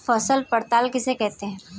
फसल पड़ताल किसे कहते हैं?